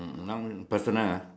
um now personal ah